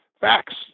facts